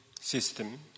system